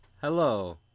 Hello